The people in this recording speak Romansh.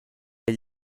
era